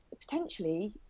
potentially